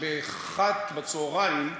ב-13:00,